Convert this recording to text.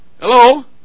hello